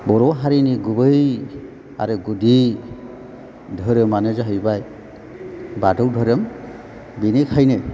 बर' हारिनि गुबै आरो गुदि धोरोमानो जाहैबाय बाथौ धोरोम बिनिखायनो